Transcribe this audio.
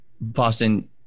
Boston